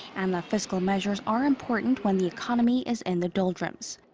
and that fiscal measures are important when the economy is in the doldrums.